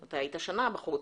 אתה היית שנה בחוץ.